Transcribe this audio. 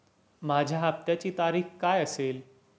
माझ्या हप्त्याची तारीख काय असेल?